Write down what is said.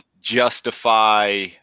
justify